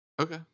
Okay